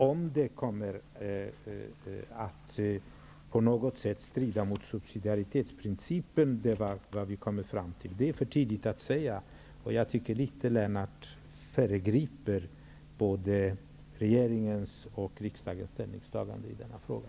Om det på något sätt skulle komma att strida mot subsidiaritetsprincipen är, enligt vad vi kommit fram till, för tidigt att säga. Jag tycker att Lennart Hedquist något föregriper både regeringens och riksdagens ställningstagande i denna fråga.